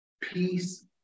peace